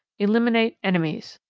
eliminate enemies.